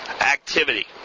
activity